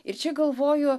ir čia galvoju